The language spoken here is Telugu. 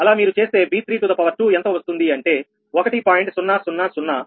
అలా మీరు చేస్తే 𝑉32 ఎంత వస్తుంది అంటే 1